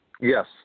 Yes